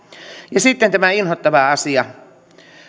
ja sitten tämä inhottava asia